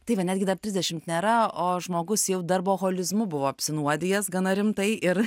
tai va netgi dar trisdešimt nėra o žmogus jau darbo holizmu buvo apsinuodijęs gana rimtai ir